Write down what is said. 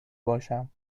باشم